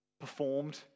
performed